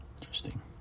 Interesting